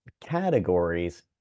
categories